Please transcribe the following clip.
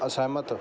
ਅਸਹਿਮਤ